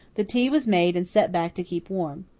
the tea was made and set back to keep warm.